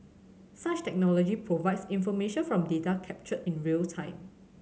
such technology provides information from data captured in real time